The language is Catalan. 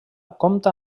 compta